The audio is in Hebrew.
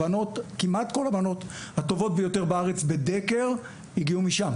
כמעט כל הבנות הטובות ביותר בארץ הגיעו משם.